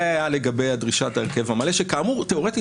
זה היה לגבי דרישת ההרכב המלא שכאמור תיאורטית